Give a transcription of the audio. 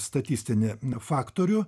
statistinį faktorių